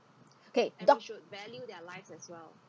okay dog